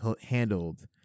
handled